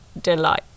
delight